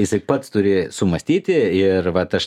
jisai pats turi sumąstyti ir vat aš